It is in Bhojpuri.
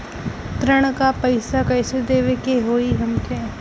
ऋण का पैसा कइसे देवे के होई हमके?